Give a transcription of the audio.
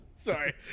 Sorry